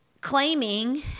claiming